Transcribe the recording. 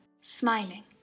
smiling